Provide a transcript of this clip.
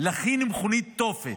להכין מכונית תופת